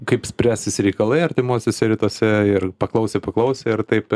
kaip spręsis reikalai artimuosiuose rytuose ir paklausė paklausė ir taip